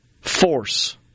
force